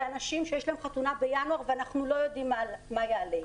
אלו אנשים שיש להם חתונה בינואר ואנחנו לא יודעים מה יעלה איתם.